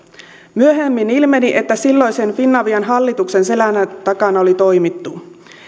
myöhemmin ilmeni että silloisen finavian hallituksen selän takana oli toimittu